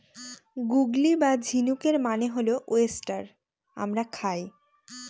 গুগলি বা ঝিনুকের মানে হল ওয়েস্টার আমরা খাই